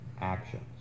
actions